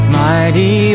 mighty